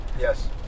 Yes